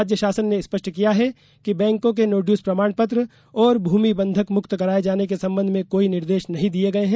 राज्य शासन ने स्पष्ट किया है कि बैंकों के नोड्यूज प्रमाण पत्र और भूमि बंधक मुक्त कराये जाने के संबंध में कोई निर्देश नहीं दिये गये हैं